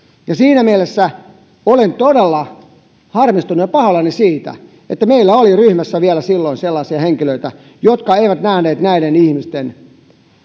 siinä mielessä olen todella harmistunut ja pahoillani siitä että meillä oli ryhmässä vielä silloin sellaisia henkilöitä jotka eivät nähneet näiden ihmisten